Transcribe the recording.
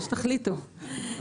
מה שתחליטו.